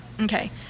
Okay